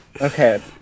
Okay